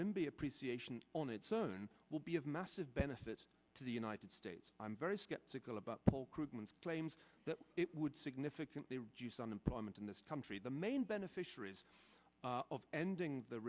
the appreciation on its own will be of massive benefit to the united states i'm very skeptical about paul krugman claims that it would significantly reduce unemployment in this country the main beneficiaries of ending the